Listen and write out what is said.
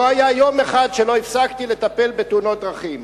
לא היה יום אחד שהפסקתי לטפל בתאונות דרכים,